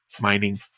mining